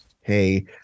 hey